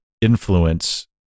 influence